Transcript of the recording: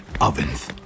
ovens